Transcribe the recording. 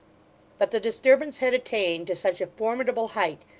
but the disturbance had attained to such a formidable height,